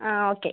ആ ഓക്കെ